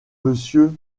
monsieur